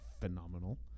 phenomenal